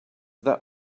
that